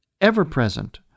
ever-present